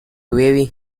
waving